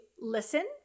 listen